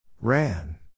Ran